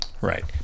Right